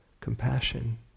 compassion